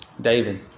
David